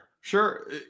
sure